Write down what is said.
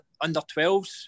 under-12s